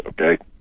okay